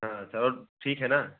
हाँ सर और ठीक है न